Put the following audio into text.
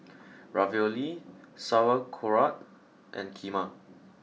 Ravioli Sauerkraut and Kheema